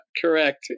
correct